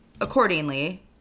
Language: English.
accordingly